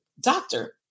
doctor